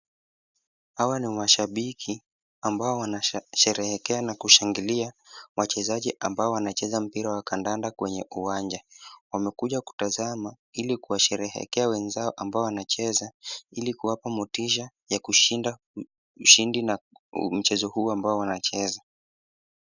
Hawa ni mashabiki ambao wanasherehekea na kushangilia wachezaji ambao wanacheza mpira wa kandanda kwenye uwanja. Wamekuja kutazama ili kuwasherekea wenzao ambao wanacheza ili kuwapa motisha ya kushinda mshindi na mchezo huu ambao wanacheza.